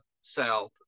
south